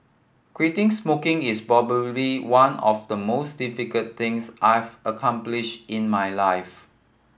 quitting smoking is probably one of the most difficult things I've accomplished in my life